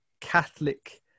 catholic